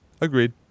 Agreed